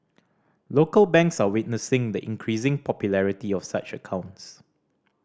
local banks are witnessing the increasing popularity of such accounts